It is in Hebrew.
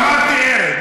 אמרתי הרג,